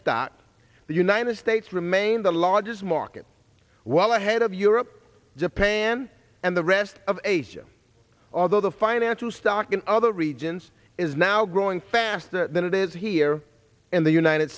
start the united states remains the largest market well ahead of europe japan and the rest of asia although the financial stock in other regions is now growing faster than it is here in the united